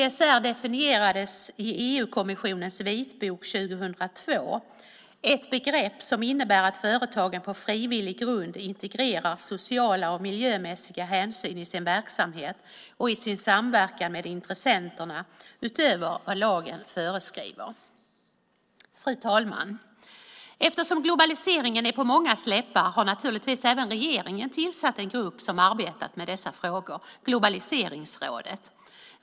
CSR definierades i EU-kommissionens vitbok 2002: Ett begrepp som innebär att företagen på frivillig grund integrerar sociala och miljömässiga hänsyn i sin verksamhet och i sin samverkan med intressenterna utöver vad lagen föreskriver. Fru talman! Eftersom globaliseringen är på mångas läppar har naturligtvis även regeringen tillsatt en grupp som arbetat med dessa frågor, Globaliseringsrådet.